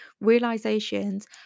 realizations